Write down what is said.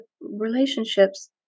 relationships